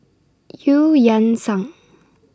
EU Yan Sang